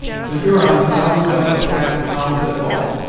the hurons now resembled a pack of hounds at fault.